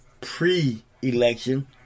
pre-election